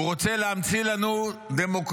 הוא רוצה להמציא לנו דמוקרטיות.